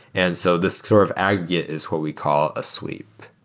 and so this sort of aggregate is what we call a sweep.